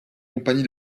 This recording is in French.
compagnie